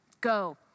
Go